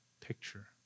picture